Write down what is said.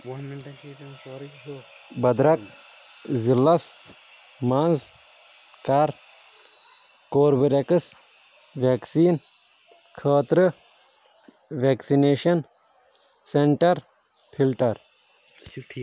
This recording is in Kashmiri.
بَد رَک ضِلعس منٛز کَر کوروِ ریٚکٕس ویٚکسیٖن خٲطرٕ ویکسنیشَن سینٹر فِلٹر